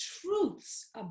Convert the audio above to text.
truths